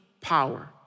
power